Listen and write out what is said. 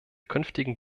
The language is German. künftigen